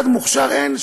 אחד מוכשר אין,